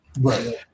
Right